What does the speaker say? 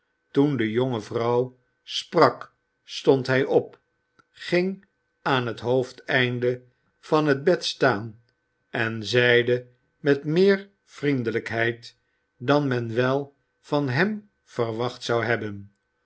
toen de jonge vrouw sprak stond hij op ging aan het hoofdeinde van het bed staan en zeide met meer vriendelijkheid dan men wel van hem verwacht zou hebben